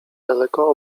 daleko